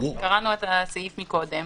קראנו את הסעיף קודם.